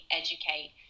educate